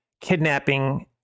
kidnapping